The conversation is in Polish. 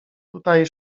tutaj